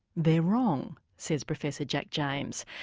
they're wrong, says professor jack james,